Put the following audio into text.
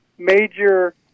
Major